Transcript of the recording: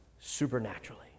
supernaturally